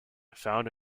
found